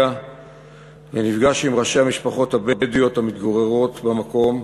ונפגש עם ראשי המשפחות הבדואיות המתגוררות במקום,